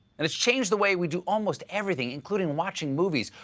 and it's changed the way we do almost everything, including watching movies.